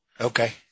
Okay